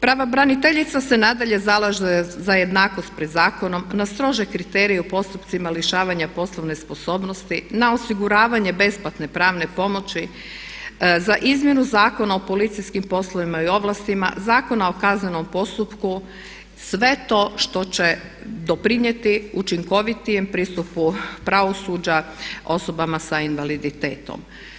Pravobraniteljica se nadalje zalaže za jednakost pred zakonom, na strože kriterije u postupcima lišavanja poslovne sposobnosti, na osiguravanje besplatne pravne pomoći, za izmjenu Zakona o policijskim poslovima i ovlastima, Zakona o kaznenom postupku, sve to što će doprinijeti učinkovitijem pristupu pravosuđa osobama s invaliditetom.